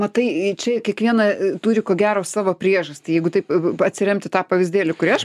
matai čia kiekviena turi ko gero savo priežastį jeigu taip atsiremt į tą pavyzdėlį kurį aš